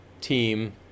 team